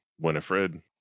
Winifred